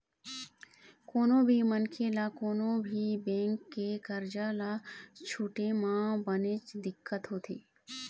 कोनो भी मनखे ल कोनो भी बेंक के करजा ल छूटे म बनेच दिक्कत होथे